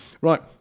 Right